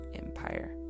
empire